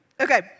Okay